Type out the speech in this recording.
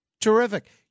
Terrific